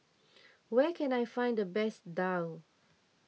where can I find the best Daal